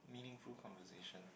meaningful conversation